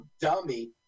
dummy